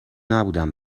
نبودم